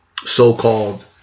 so-called